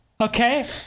Okay